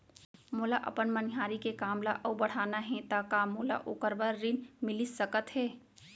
मोला अपन मनिहारी के काम ला अऊ बढ़ाना हे त का मोला ओखर बर ऋण मिलिस सकत हे?